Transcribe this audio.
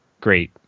great